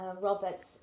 Robert's